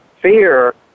fear